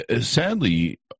Sadly